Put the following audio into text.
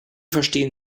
verstehen